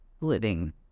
living